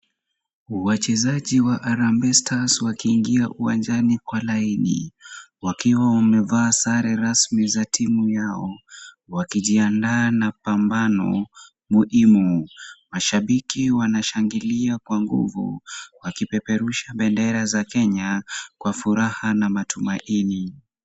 Wachezaji wa Harambee Stars wakiingia uwanjani kwa laini, wakiwa wamevaa sare rasmi za timu yao, wakijiandaa na pambano muhimu. Mashabiki wanashangilia kwa nguvu, wakipeperusha bendera za Kenya kwa furaha na matumaini.